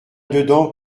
dedans